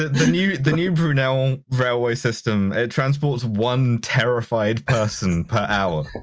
the new the new brunel railway system it transports one terrified person per hour.